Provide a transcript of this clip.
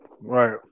Right